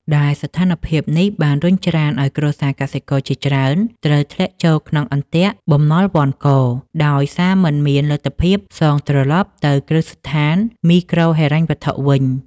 ដែលស្ថានភាពនេះបានរុញច្រានឱ្យគ្រួសារកសិករជាច្រើនត្រូវធ្លាក់ចូលក្នុងអន្ទាក់បំណុលវណ្ឌក ដោយសារមិនមានលទ្ធភាពសងត្រឡប់ទៅគ្រឹះស្ថានមីក្រូហិរញ្ញវត្ថុវិញ។